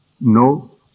No